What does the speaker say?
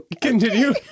Continue